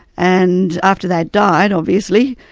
and after they'd died, obviously,